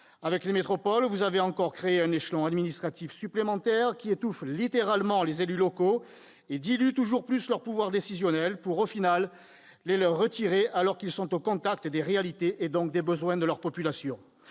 Avec les métropoles, vous avez encore créé un échelon administratif supplémentaire, qui étouffe littéralement les élus locaux et dilue toujours plus leur pouvoir décisionnel, pour finalement le leur retirer, alors qu'ils sont au contact des réalités, et donc des besoins de leur population.